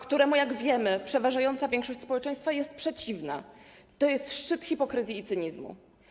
któremu, jak wiemy, przeważająca większość społeczeństwa jest przeciwna, to jest szczyt hipokryzji i cynizmu.